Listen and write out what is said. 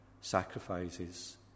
sacrifices